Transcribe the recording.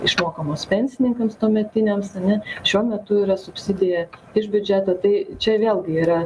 išmokamos pensininkams tuometiniams ane šiuo metu yra subsidija iš biudžeto tai čia vėlgi yra